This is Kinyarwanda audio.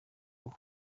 ruhu